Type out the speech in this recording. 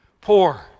Poor